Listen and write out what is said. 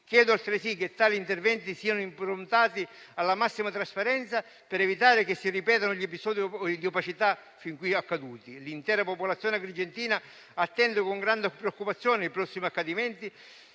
Chiedo altresì che tali interventi siano improntati alla massima trasparenza, per evitare che si ripetano gli episodi di opacità fin qui accaduti. L'intera popolazione agrigentina attende con grande preoccupazione i prossimi accadimenti.